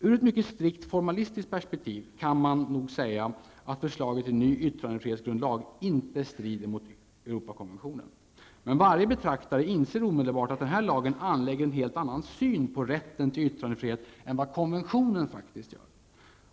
Ur ett mycket strikt formalistiskt prepektiv kan man nog säga att förslaget till ny yttrandefrihetsgrundlag inte strider mot Europakonventionen. Men varje betraktare inser omedelbart att denna lag anlägger en helt annan syn på rätten till yttrandefrihet än vad konventionen gör.